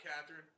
catherine